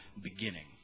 beginning